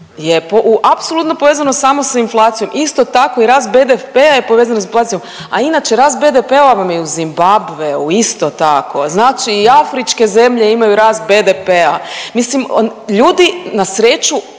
je apsolutno povezano samo sa inflacijom, isto tako i rast BDP-a je povezan s inflacijom, a inače rast BDP-a vam je u Zimbabveu isto tako. Znači i afričke zemlje imaju rast BDP-a. Mislim ljudi na sreću